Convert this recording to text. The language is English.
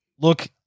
Look